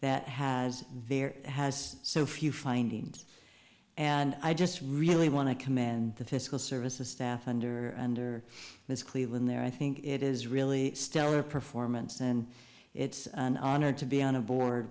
that has very has so few findings and i just really want to commend the fiscal services staff under under this cleveland there i think it is really stellar performance and it's an honor to be on a board